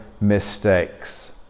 mistakes